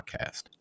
Podcast